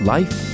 Life